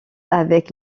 avec